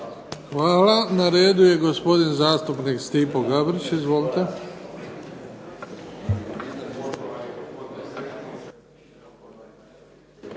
sabor. Na redu je gospodin zastupnik Marin Jurjević. Izvolite.